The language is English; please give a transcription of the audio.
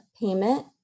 payment